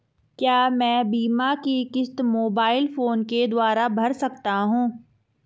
क्या मैं बीमा की किश्त मोबाइल फोन के द्वारा भर सकता हूं?